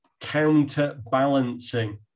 counterbalancing